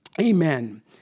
amen